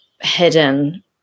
hidden